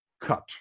cut